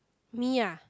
me ah